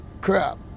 crap